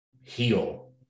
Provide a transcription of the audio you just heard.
heal